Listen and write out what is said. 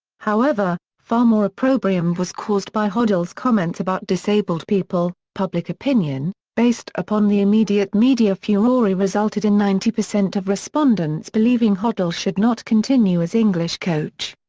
however, far more opprobrium was caused by hoddle's comments about disabled people public opinion, based upon the immediate media furore resulted in ninety percent of respondents believing hoddle should not continue as english coach.